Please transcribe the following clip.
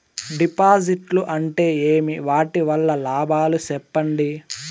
డిపాజిట్లు అంటే ఏమి? వాటి వల్ల లాభాలు సెప్పండి?